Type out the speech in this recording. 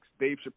Dave